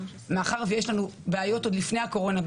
מאחר ויש לנו בעיות עוד לפני הקורונה,